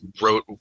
wrote